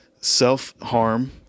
self-harm